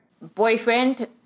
boyfriend